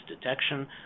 detection